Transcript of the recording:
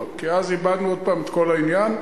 כי אז איבדנו שוב את כל העניין.